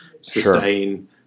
sustain